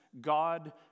God